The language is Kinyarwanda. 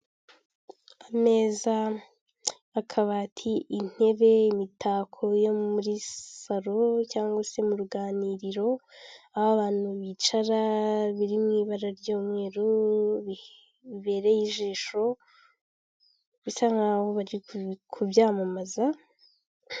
Ameza, akabati, intebe imitako yo muri salo cyangwa se mu ruganiriro aho abantu bicara biri mu ibara ry'umweru bibereye ijisho bisa nkaho bari kubyamamaza.